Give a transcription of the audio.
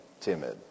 timid